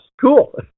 Cool